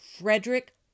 Frederick